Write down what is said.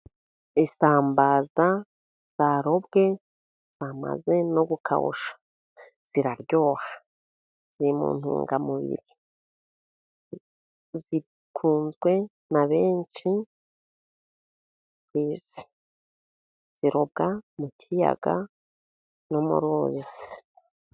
Isambaza zarobwe bamaze no gukawusha ziraryoha. ziri mu ntungamubiri, zikunzwe na benshi ku isi, zirobwa mu kiyaga no mu ruzi.